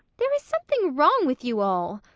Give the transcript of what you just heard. there is something wrong with you all!